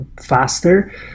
faster